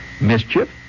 mischief